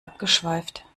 abgeschweift